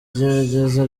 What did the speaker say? igerageza